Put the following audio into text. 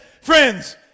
friends